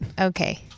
Okay